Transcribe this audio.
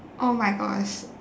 oh my gosh